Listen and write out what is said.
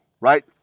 right